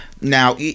Now